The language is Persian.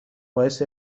باعث